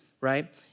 right